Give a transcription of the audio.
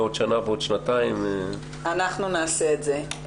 בעוד שנה ועוד שנתיים --- אנחנו נעשה את זה.